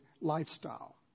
lifestyle